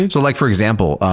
and so like for example,